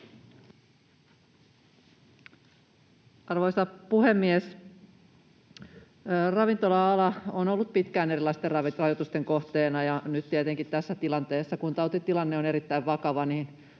Arvoisa puhemies! Ravintola-ala on ollut pitkään erilaisten rajoitusten kohteena, ja nyt tietenkin tässä tilanteessa, kun tautitilanne on erittäin vakava, on